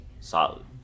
Solid